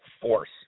force